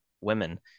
women